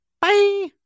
Bye